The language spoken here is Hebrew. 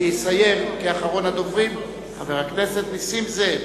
יסיים כאחרון הדוברים חבר הכנסת נסים זאב.